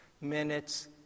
Minutes